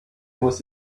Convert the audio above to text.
muss